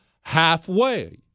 halfway